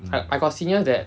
I I got seniors that